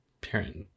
parent